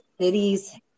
cities